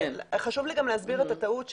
וחשוב לי גם להסביר את הטעות,